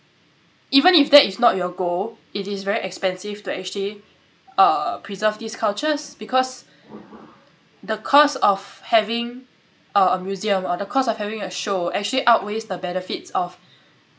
even if that is not your goal it is very expensive to actually uh preserve these cultures because the cost of having a museum or the cost of having a show actually outweighs the benefits of